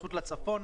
בהתייחסות לצפון.